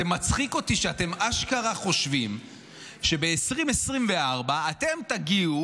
זה מצחיק אותי שאתם אשכרה חושבים שב-2024 אתם תגיעו